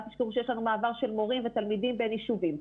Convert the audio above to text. אל תשכחו שיש לנו מעבר של מורים ותלמידים בין יישובים,